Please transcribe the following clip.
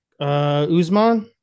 Uzman